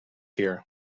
here